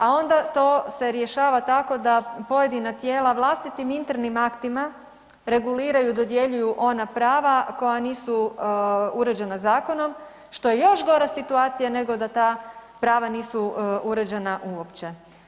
A onda to se rješava tako da pojedina tijela vlastitim internim aktima reguliraju i dodjeljuju ona prava koja nisu uređena zakonom što je još gora situacija nego da ta prava nisu uređena uopće.